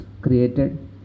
created